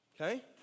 Okay